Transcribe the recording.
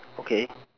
okay